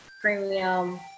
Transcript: premium